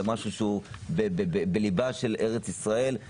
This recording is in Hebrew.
משהו שהוא בליבה של ארץ ישראל,